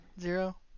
Zero